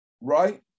right